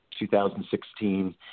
2016